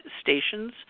stations